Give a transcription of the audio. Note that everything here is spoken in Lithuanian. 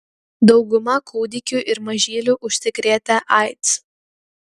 dauguma kūdikių ir mažylių užsikrėtę aids